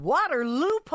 Waterloo